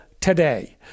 today